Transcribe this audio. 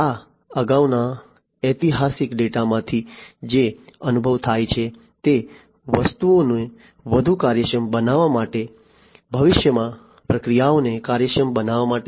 આ અગાઉના ઐતિહાસિક ડેટામાંથી જે અનુભવ થાય છે તે વસ્તુઓને વધુ કાર્યક્ષમ બનાવવા માટે ભવિષ્યમાં પ્રક્રિયાઓને કાર્યક્ષમ બનાવવા માટે